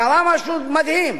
קרה משהו מדהים,